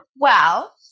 Well-